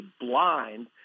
blind